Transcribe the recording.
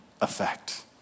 effect